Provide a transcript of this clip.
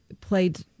played